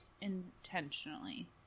intentionally